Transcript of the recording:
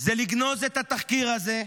זה לגנוז את התחקיר הזה,